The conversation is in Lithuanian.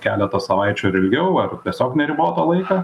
keletą savaičių ir ilgiau ar tiesiog neribotą laiką